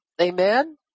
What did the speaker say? Amen